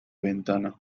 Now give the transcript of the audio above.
ventana